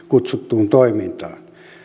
kutsuttuun toimintaan